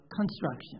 construction